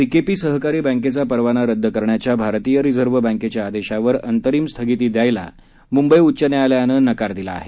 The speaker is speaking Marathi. सीकेपी सहकारी बँकेचा परवाना रद्द करण्याच्या भारतीय रिझर्व्ह बँकेच्या आदेशावर अंतरीम स्थगिती द्यायला मुंबई उच्च न्यायालयानं नकार दिला आहे